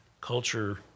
Culture